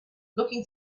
looking